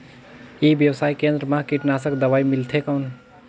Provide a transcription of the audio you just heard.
ई व्यवसाय केंद्र मा कीटनाशक दवाई मिलथे कौन?